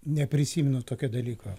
neprisimenu tokio dalyko